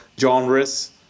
genres